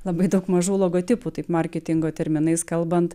labai daug mažų logotipų taip marketingo terminais kalbant